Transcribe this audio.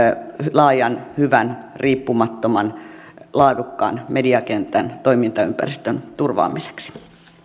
laajan hyvän riippumattoman laadukkaan mediakentän toimintaympäristön turvaamiseksi